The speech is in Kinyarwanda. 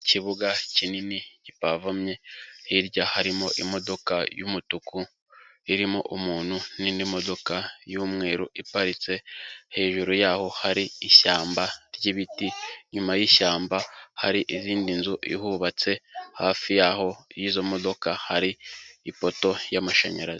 Ikibuga kinini gipavomye, hirya harimo imodoka y'umutuku, irimo umuntu n'indi modoka y'umweru iparitse, hejuru yaho hari ishyamba ry'ibiti, inyuma y'ishyamba hari izindi nzu ihubatse, hafi yaho y'izo modoka hari ipoto y'amashanyarazi.